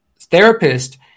therapist